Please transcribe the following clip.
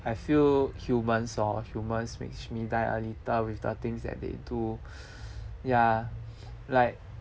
I feel humans lor humans makes me die a little with the things that they do ya like